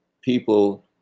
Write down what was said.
people